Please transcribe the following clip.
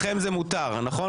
לכם זה מותר, נכון?